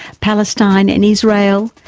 palestine and israel,